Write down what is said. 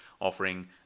offering